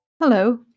Hello